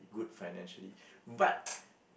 good financially but